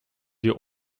wir